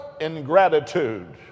ingratitude